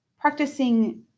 practicing